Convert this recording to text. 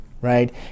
right